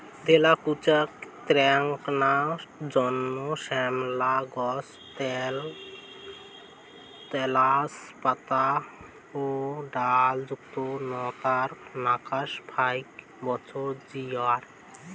তেলাকুচা এ্যাকনা ঘন শ্যামলা গছ ত্যালত্যালা পাতা ও ডালযুত নতার নাকান ফাইক বছর জিয়ায়